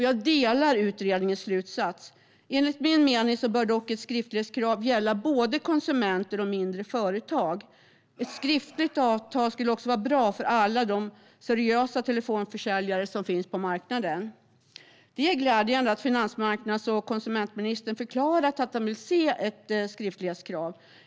Jag delar utredningens slutsats. Enligt min mening bör dock ett skriftlighetskrav gälla både konsumenter och mindre företag. Ett skriftligt avtal skulle också vara bra för alla de seriösa telefonsäljare som finns på marknaden. Det är glädjande att finansmarknads och konsumentministern förklarat att han vill se ett skriftlighetskrav.